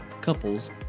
couples